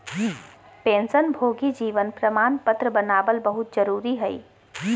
पेंशनभोगी जीवन प्रमाण पत्र बनाबल बहुत जरुरी हइ